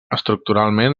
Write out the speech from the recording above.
estructuralment